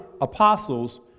apostles